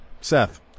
Seth